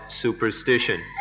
superstition